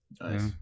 Nice